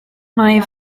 mae